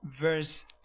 Verse